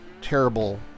terrible